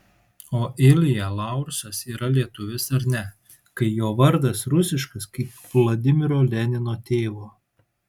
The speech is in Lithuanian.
o ilja laursas yra lietuvis ar ne kai jo vardas rusiškas kaip vladimiro lenino tėvo